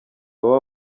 baba